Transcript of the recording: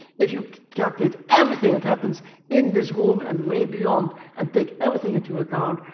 if you calculate everything that happens in this room and way beyond and take everything into account,